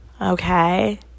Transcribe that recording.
okay